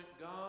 God